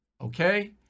okay